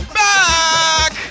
back